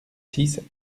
six